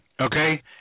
Okay